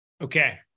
Okay